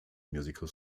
musical